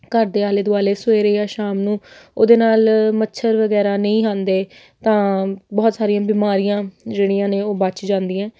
ਘਰ ਦੇ ਆਲੇ ਦੁਆਲੇ ਸਵੇਰੇ ਜਾਂ ਸ਼ਾਮ ਨੂੰ ਉਹਦੇ ਨਾਲ ਮੱਛਰ ਵਗੈਰਾ ਨਹੀਂ ਆਉਂਦੇ ਤਾਂ ਬਹੁਤ ਸਾਰੀਆਂ ਬਿਮਾਰੀਆਂ ਜਿਹੜੀਆਂ ਨੇ ਉਹ ਬਚ ਜਾਂਦੀਆਂ